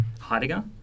Heidegger